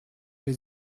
les